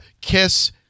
kiss